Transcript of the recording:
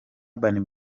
urban